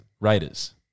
Raiders